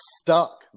stuck